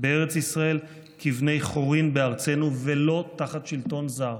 בארץ ישראל, כבני חורין בארצנו ולא תחת שלטון זר.